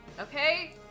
Okay